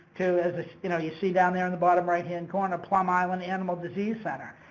to, as you know, you see down there in the bottom right-hand corner, plum island animal disease center.